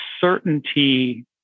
certainty